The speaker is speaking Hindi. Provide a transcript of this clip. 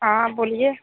हँ बोलिए